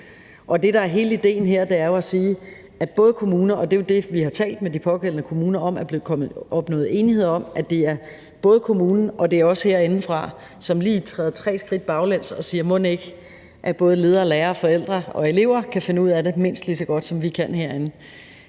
Det, der er hele idéen her, er jo at sige, at både kommuner – og det er det, vi har talt med de pågældende kommuner om og har opnået enighed om – og også vi herindefra lige træder tre skridt baglæns og siger, at mon ikke, at både ledere og lærere og forældre og elever kan finde ud af det mindst lige så godt, som vi kan herinde.